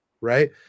right